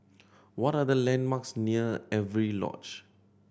what are the landmarks near Avery Lodge